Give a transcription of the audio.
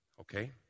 Okay